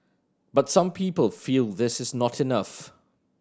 but some people feel this is not enough